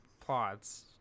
plots